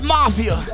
Mafia